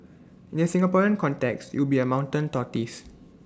in the Singaporean context you'd be A mountain tortoise